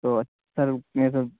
تو سر میں سب